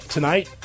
Tonight